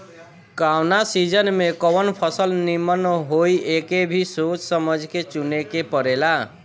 कवना सीजन में कवन फसल निमन होई एके भी सोच समझ के चुने के पड़ेला